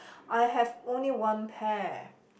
I have only one pair